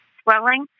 swelling